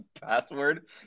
password